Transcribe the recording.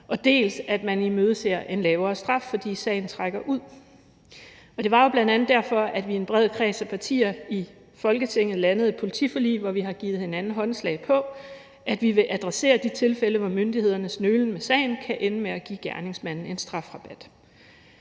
dels at man imødeser en lavere straf, fordi sagen trækker ud. Og det var jo bl.a. derfor, at vi i en bred kreds af partier i Folketinget landede et politiforlig, hvor vi har givet hinanden håndslag på, at vi vil adressere de tilfælde, hvor myndighedernes nølen med sagen kan ende med at give gerningsmanden en strafrabat.